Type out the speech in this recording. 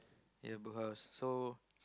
ya Bookhouse so